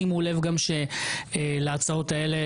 שימו לב שלהצעות האלו